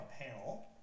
panel